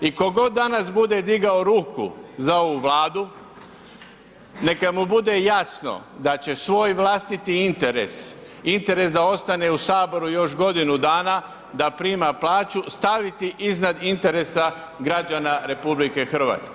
I tko god danas bude digao ruku za ovu Vladu neka mu bude jasno da će svoj vlastiti interes, interes da ostane u saboru još godinu dana, da prima plaću staviti iznad interesa građana RH.